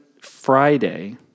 Friday